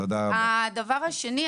הדבר השני,